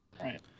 Right